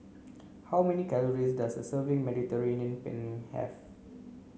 how many calories does a serving of Mediterranean Penne have